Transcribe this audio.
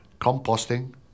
composting